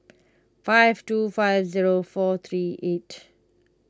five two five zero four three eight